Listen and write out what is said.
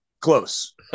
Close